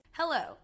Hello